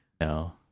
No